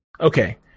Okay